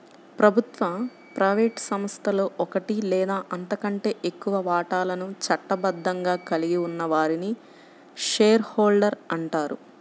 ప్రభుత్వ, ప్రైవేట్ సంస్థలో ఒకటి లేదా అంతకంటే ఎక్కువ వాటాలను చట్టబద్ధంగా కలిగి ఉన్న వారిని షేర్ హోల్డర్ అంటారు